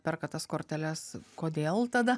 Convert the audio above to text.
perka tas korteles kodėl tada